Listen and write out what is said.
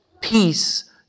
Peace